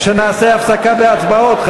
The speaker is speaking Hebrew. שנעשה הפסקה בהצבעות,